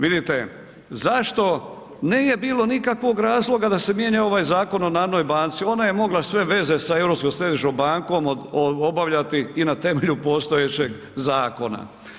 Vidite zašto nije bilo nikakvog razloga da se mijenja ovaj Zakon o narodnoj banci ona je mogla sve veze za Europskom središnjom bankom obavljati i na temelju postojećeg zakona.